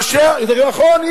זה נכון.